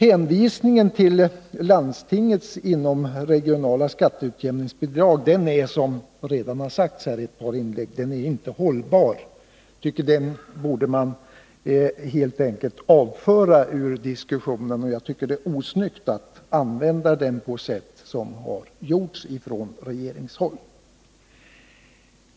Hänvisningen till landstingets inomregionala skatteutjämningsbidrag är, som redan har sagts i ett par inlägg, inte hållbar. Den borde helt enkelt avföras ur diskussionen. Och jag tycker det är osnyggt att använda den på det sätt som har gjorts från regeringshåll.